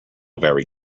very